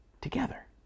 together